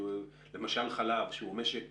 למשל חלב שהוא משק